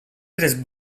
tres